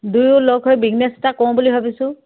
দুয়ো লগ হৈ বিজনেছ এটা কোৰোঁ বুলি ভাবিছোঁ